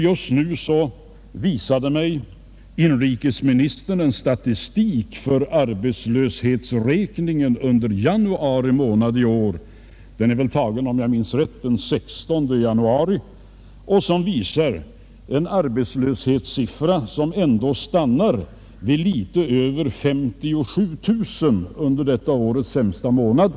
Just nu visade mig inrikesministern en statistik över arbetslöshetsräkningen under januari månad i år. Om jag minns rätt är uppgifterna tagna den 16 januari. Arbetslöshetssiffran stannar ändå vid litet över 57 000 under denna årets sämsta månad.